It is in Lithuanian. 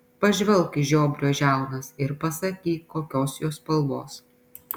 pažvelk į žiobrio žiaunas ir pasakyk kokios jos spalvos